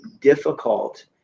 difficult